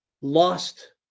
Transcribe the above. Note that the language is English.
lost